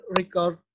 record